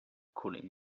cooling